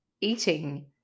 eating